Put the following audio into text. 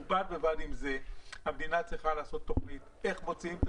בד בבד עם זה המדינה צריכה לעשות תוכנית איך מוציאים את